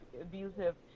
abusive